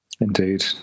Indeed